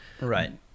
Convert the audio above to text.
Right